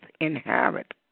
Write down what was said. inherit